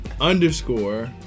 underscore